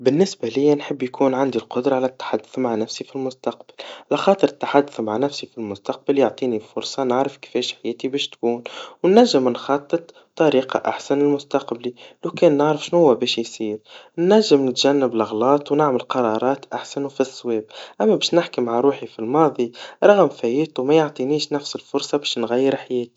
بالنسبة ليا نحب يكون عندي القدرة على التحدث مع نفسي في المستقبل, على خاطر التحدث مع نفسي في المستقبل يعطيني فرصا نعرف كيفاش حياتي نجم نخطط بطريقا أحسن لمستقبلي, ممكن نعرف شنوا بيش يصير, ننجم نتجنب الأغلاطونعممر قرارات أحسن وفي الصواب, أما باش نحكي مع روحي في الماضي رغم فايدته ما يعطينيش نفس الفرصا باش نغير حياتي.